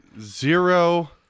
Zero